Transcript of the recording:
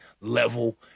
Level